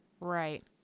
Right